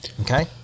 Okay